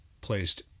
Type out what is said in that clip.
placed